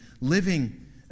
living